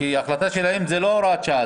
כי ההחלטה שלהם היא לא הוראת שעה.